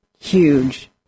huge